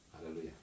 Hallelujah